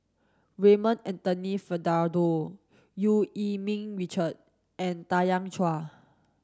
Raymond Anthony Fernando Eu Yee Ming Richard and Tanya Chua